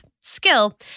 skill